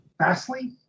vastly